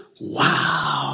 wow